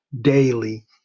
daily